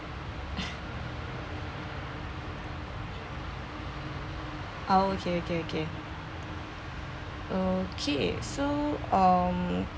okay ~ K ~ K okay so um